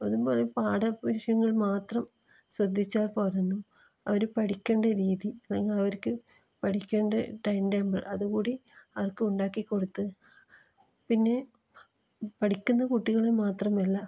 അതുപോലെ പാഠവിഷയങ്ങൾ മാത്രം ശ്രദ്ധിച്ചാൽ പോരെന്നും അവർ പഠിക്കേണ്ട രീതി അല്ലെങ്കിൽ അവർക്ക് പഠിക്കേണ്ട ടൈം ടേബിൾ അതുകൂടി അവർക്ക് ഉണ്ടാക്കിക്കൊടുത്ത് പിന്നെ പഠിക്കുന്ന കുട്ടികൾ മാത്രമല്ല